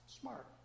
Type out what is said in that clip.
Smart